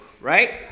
right